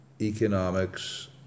economics